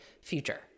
future